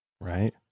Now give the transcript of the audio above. Right